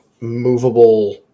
movable